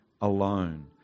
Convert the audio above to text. alone